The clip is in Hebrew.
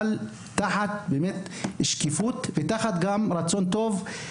אבל תחת שקיפות ורצון טוב.